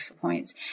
points